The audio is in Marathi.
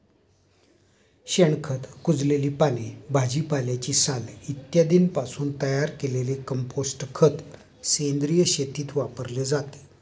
शेणखत, कुजलेली पाने, भाजीपाल्याची साल इत्यादींपासून तयार केलेले कंपोस्ट खत सेंद्रिय शेतीत वापरले जाते